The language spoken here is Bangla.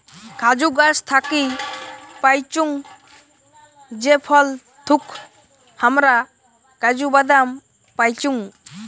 কাজু গাছ থাকি পাইচুঙ যে ফল থুই হামরা কাজু বাদাম পাইচুং